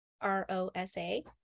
r-o-s-a